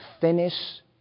finish